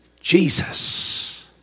Jesus